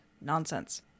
nonsense